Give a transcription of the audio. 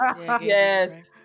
Yes